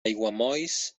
aiguamolls